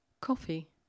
Coffee